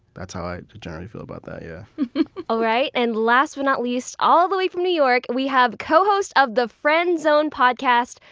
that's how i generally feel about that. yeah all right. and last but not least, all the way from new york, we have co-host of the friend zone podcast,